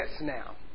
now